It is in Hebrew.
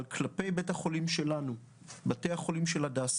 אבל כלפי בתי החולים שלנו, של הדסה,